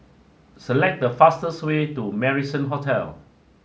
select the fastest way to Marrison Hotel